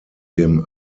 dem